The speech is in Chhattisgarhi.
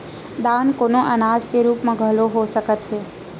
दान कोनो अनाज के रुप म घलो हो सकत हे